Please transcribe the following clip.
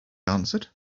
answered